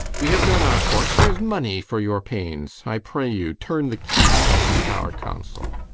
we have done our course there's money for your pains i pray you, turn the key, and keep our counsel.